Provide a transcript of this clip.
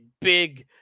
big